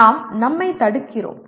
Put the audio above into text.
நாம் நம்மைத் தடுக்கிறோம்